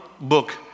book